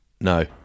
No